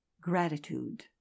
gratitude